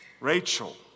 Rachel